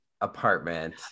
apartment